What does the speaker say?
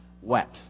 wet